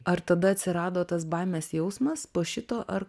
ar tada atsirado tas baimės jausmas po šito ar